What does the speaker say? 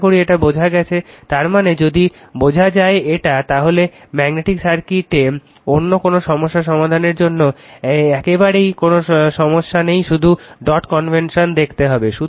আশাকরি এটা বোঝা গেছে তারমানে যদি বোঝা যায় এটা তাহলে ম্যাগনেটিক সার্কিটে অন্য কোন সমস্যা সমাধানের জন্য একেবারেই কোন সমস্যা নেই শুধু ডট কনভেনশন দেখতে হবে